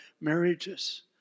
marriages